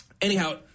anyhow